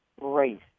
race